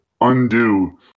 undo